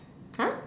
!huh!